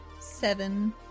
Seven